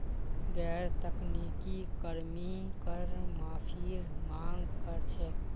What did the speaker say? गैर तकनीकी कर्मी कर माफीर मांग कर छेक